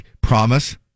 promise